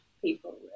people